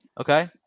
Okay